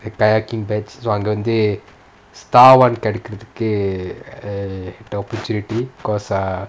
like kayaking badge so அங்க வந்து:anga vanthu star one கெடைக்கிறதுக்கு:kedaikirathuku opportunity secondary err